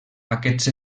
aquests